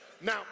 Now